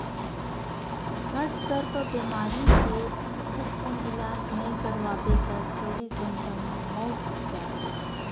घटसर्प बेमारी के झटकुन इलाज नइ करवाबे त चौबीस घंटा म मउत हो जाथे